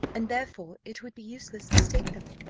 and therefore it would be useless to state them.